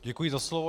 Děkuji za slovo.